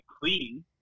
clean